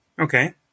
Okay